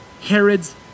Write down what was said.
Herod's